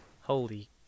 Holy